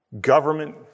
government